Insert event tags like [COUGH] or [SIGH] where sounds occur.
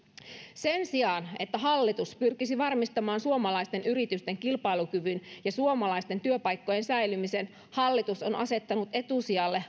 sen sijaan että hallitus pyrkisi varmistamaan suomalaisten yritysten kilpailukyvyn ja suomalaisten työpaikkojen säilymisen hallitus on asettanut etusijalle [UNINTELLIGIBLE]